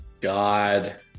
God